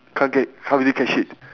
can't get can't really catch it